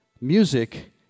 music